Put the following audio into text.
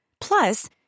Plus